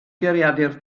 geiriadur